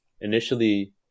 initially